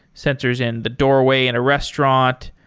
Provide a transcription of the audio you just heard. sensors in the doorway in a restaurant,